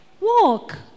Walk